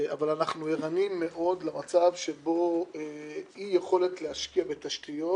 אבל אנחנו ערניים מאוד למצב שבו אי יכולת להשקיע בתשתיות